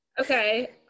Okay